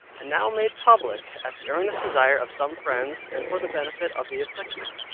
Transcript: and now made public at the earnest desire of some friends, and for the benefit of the afflicted.